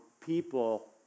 people